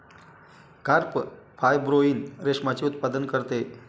carp fibroin रेशमाचे उत्पादन करते